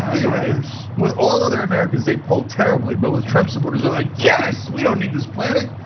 anyway, with all other americans they poll terribly, but with trump supporters they're like, yes, we don't need this planet.